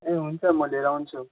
ए हुन्छ म लिएर आउँछु